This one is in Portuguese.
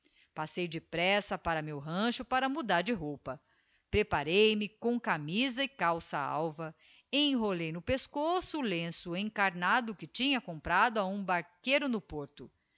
passei depressa para meu rancho para mudar de roupa preparei me com camisa e calça alva enrolei no pescoço o lenço encarnado que tinha comprado a um barqueiro no porto